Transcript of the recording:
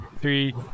three